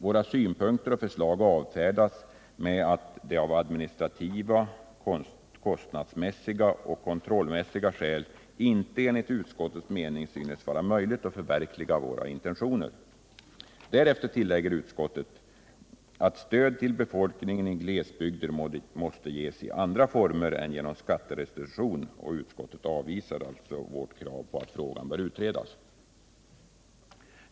Våra synpunkter och förslag avfärdas med att det av administrativa, kostnadsmässiga och skattemässiga skäl inte enligt utskottets mening synes vara möjligt att förverkliga våra intentioner. Därefter tillägger utskottet att stöd till befolkningen i glesbygder måste ges i andra former än genom skatterestitution, och utskottet avvisar alltså vårt krav på att frågan bör utredas.